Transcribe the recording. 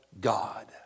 God